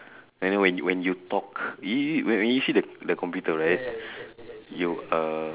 and then when when you talk you you when when you see the the computer right you uh